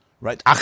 right